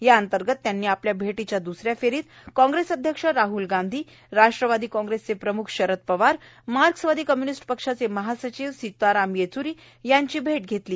याअंतर्गत त्यांनी आपल्या भैटीच्या द्स या फेरीत कॉग्रेस अध्यक्ष राहल गांधी राष्ट्रवादी कॉग्रेसचे प्रम्ख शरद पवार मार्क्सवादी कम्यूनिस्ट पक्षाचे महासचिव सिताराम येच्री यांची भेट घेतली